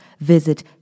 visit